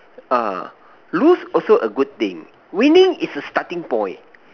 err lose also a good thing winning is a starting point